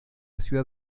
ciudad